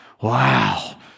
wow